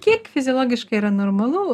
kiek fiziologiškai yra normalu